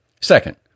Second